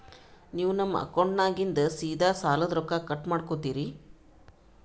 ನೀವು ನಮ್ಮ ಅಕೌಂಟದಾಗಿಂದ ಸೀದಾ ಸಾಲದ ರೊಕ್ಕ ಕಟ್ ಮಾಡ್ಕೋತೀರಿ?